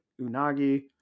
Unagi